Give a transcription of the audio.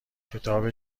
کتاب